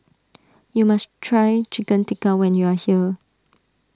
you must try Chicken Tikka when you are here